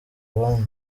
abandi